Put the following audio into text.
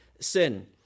sin